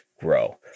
grow